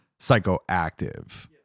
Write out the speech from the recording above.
psychoactive